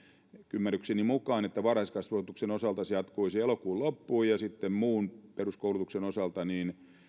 ymmärrykseni mukaan että varhaiskasvatuksen osalta se jatkuisi elokuun loppuun ja sitten muun peruskoulutuksen osalta